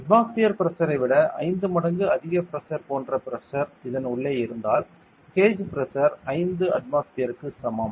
atmosphere பிரஷரை விட 5 மடங்கு அதிக பிரஷர் போன்ற பிரஷர் இதன் உள்ளே இருந்தால் கேஜ் பிரஷர் 5 அட்மாஸ்பியர்க்கு சமம்